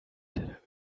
der